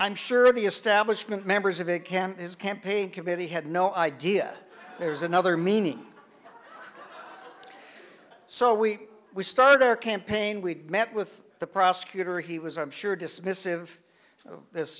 i'm sure the establishment members of a camp his campaign committee had no idea there was another meaning so we we started our campaign we met with the prosecutor he was i'm sure dismissive of this